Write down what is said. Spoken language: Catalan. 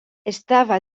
estava